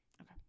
Okay